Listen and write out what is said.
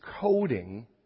coding